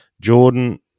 Jordan